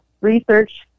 research